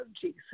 Jesus